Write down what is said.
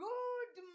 Good